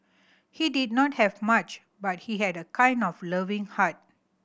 he did not have much but he had a kind of loving heart